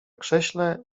krześle